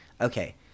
okay